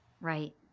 Right